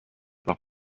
par